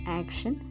action